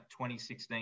2016